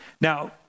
Now